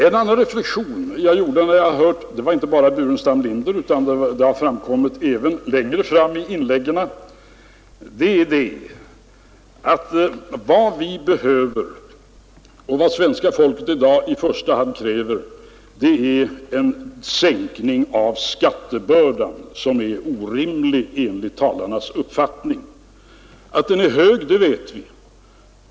En annan reflexion som jag gjorde när jag hörde herr Burenstam Linder — och inte bara herr Burenstam Linder, utan detsamma framkom även i inläggen längre fram — var att vad svenska folket i dag kräver är i första hand en sänkning av skattebördan, som enligt talarnas uppfattning nu är orimligt tung. Att skatten är hög vet vi.